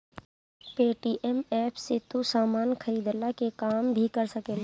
Paytm app से तू सामान खरीदला के काम भी कर सकेला